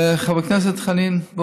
חבר הכנסת חנין,